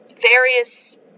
various